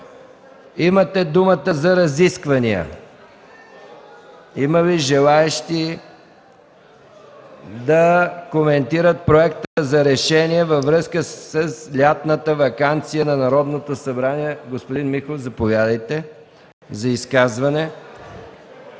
Имате думата за разисквания. Има ли желаещи да коментират Проекта за решение във връзка с лятната ваканция на Народното събрание? Господин Михов, заповядайте за изказване.